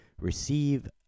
receive